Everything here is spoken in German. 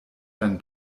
dein